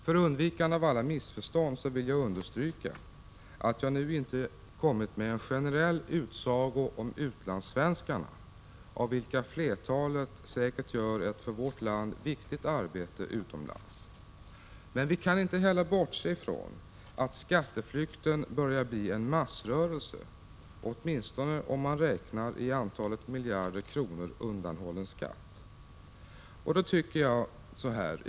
För undvikande av alla missförstånd vill jag understryka att jag nu inte avgett en generell utsago om utlandssvenskarna, av vilka flertalet säkert gör ett för vårt land viktigt arbete. Vi kan emellertid inte bortse från att skatteflykten börjar bli en massrörelse, åtminstone om man räknar det antal miljarder kronor som undanhålls skatt.